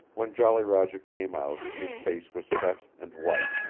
when jolly roger came out his face was set and white,